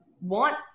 want